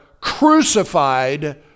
crucified